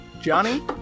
Johnny